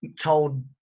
told